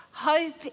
Hope